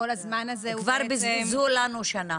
כבר בזבזו לנו שנה